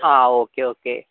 ആ okay okay